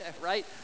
right